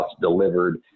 delivered